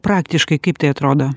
praktiškai kaip tai atrodo